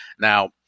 now